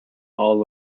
all